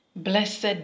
Blessed